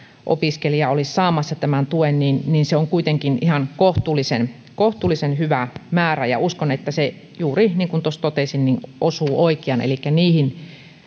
opiskelijaa olisi saamassa tämän tuen niin niin se on kuitenkin ihan kohtuullisen kohtuullisen hyvä määrä uskon että se juuri niin kuin tuossa totesin osuu oikeaan elikkä niihin